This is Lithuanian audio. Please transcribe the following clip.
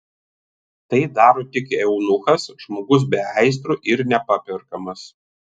tai daro tik eunuchas žmogus be aistrų ir nepaperkamas